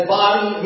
body